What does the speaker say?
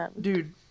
Dude